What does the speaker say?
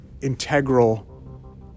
integral